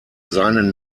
seinen